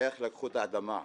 איך לקחו את האדמה.